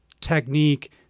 technique